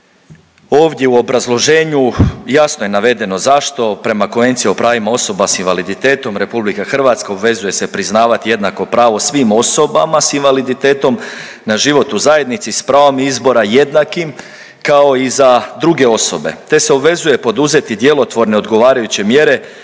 ovdje u obrazloženju jasno je navedeno zašto prema Konvenciji o pravima osoba s invaliditetom RH obvezuje se priznavat jednako pravo svim osobama s invaliditetom na život u zajednici s pravom izbora jednakim kao i za druge osobe te se obvezuje poduzeti djelotvorne odgovarajuće mjere